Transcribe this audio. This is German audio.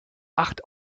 acht